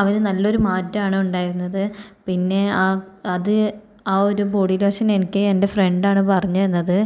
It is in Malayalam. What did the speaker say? അവന് നല്ലൊരു മറ്റാമാണ് ഉണ്ടായിരുന്നത് പിന്നെ ആ അത് ആ ഒരു ബോഡി ലോഷൻ എനിക്ക് എൻ്റെ ഫ്രണ്ടാണ് പറഞ്ഞു തന്നത്